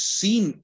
seen